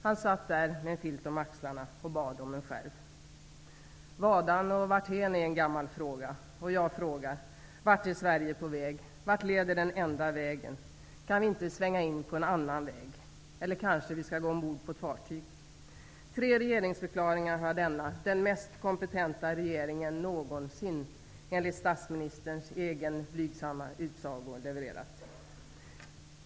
Han satt där med en filt om axlarna och bad om en skärv. Vadan och varthän, är en en gammal fråga. Jag frågar: Vart är Sverige på väg? Vart leder den enda vägen? Kan vi inte svänga in på en annan väg? Eller kanske vi skall gå ombord på ett fartyg? Tre regeringsförklaringar har denna den mest kompetenta regeringen någonsin, enligt statsministerns egen blygsamma utsago, levererat.